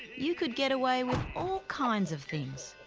you could get away with all kinds of things.